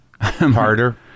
harder